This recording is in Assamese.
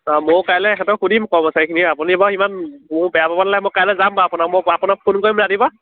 অঁ ময়ো কাইলৈ সিহঁতক সুধিম কৰ্মচাৰীখিনিক আপুনি বাৰু ইমান মোক বেয়া পাব নালাগে মই কাইলৈ যাম আপোনাক মোক আপোনাক ফোন কৰিম ৰাতিপুৱা